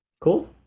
Cool